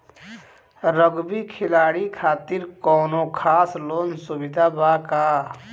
Rugby खिलाड़ी खातिर कौनो खास लोन सुविधा बा का?